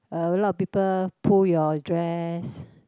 a lot of people pull your dress